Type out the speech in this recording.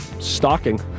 Stalking